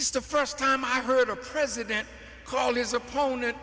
it's the first time i've heard a president call his opponent